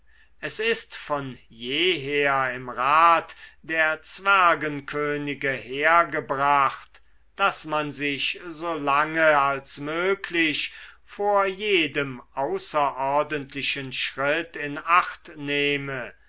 es ist von jeher im rat der zwergenkönige hergebracht daß man sich so lange als möglich vor jedem außerordentlichen schritt in acht nehme